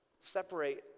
Separate